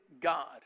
God